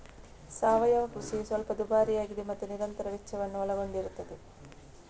ಸಾವಯವ ಕೃಷಿಯು ಸ್ವಲ್ಪ ದುಬಾರಿಯಾಗಿದೆ ಮತ್ತು ನಿರಂತರ ವೆಚ್ಚವನ್ನು ಒಳಗೊಂಡಿರುತ್ತದೆ